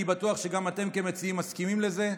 אני בטוח שגם אתם כמציעים מסכימים לזה.